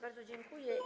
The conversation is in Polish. Bardzo dziękuję.